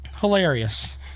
Hilarious